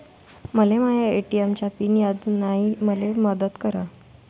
मले माया ए.टी.एम चा पिन याद नायी, मले मदत करा